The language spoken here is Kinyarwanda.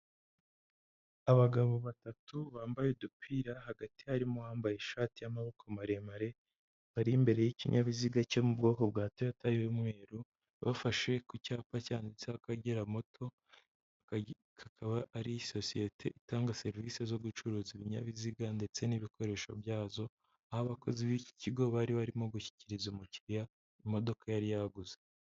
Abagabo batatu bambaye udupira hagati harimo bambaye ishati y'amaboko maremare bari imbere y'ikinyabiziga cyo mu bwoko bwa Toyota y'umweru, bafashe ku cyapa cyanditse Akagera moto, akaba ari sosiyete itanga serivisi zo gucuruza ibinyabiziga ndetse n'ibikoresho byazo, aho abakozi b'ikigo bari barimo gushyikiriza umukiriya imodoka yari yaguze.